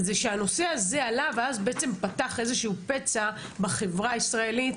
זה שהנושא הזה עלה ואז בעצם פתח איזשהו פצע בחברה הישראלית,